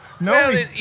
no